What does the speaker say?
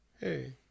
hey